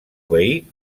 veí